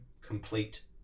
complete